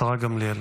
השרה גמליאל,